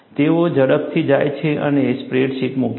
તેઓ ઝડપથી જાય છે અને સ્પ્રેડશીટ મૂકે છે